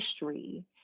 history